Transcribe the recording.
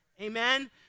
Amen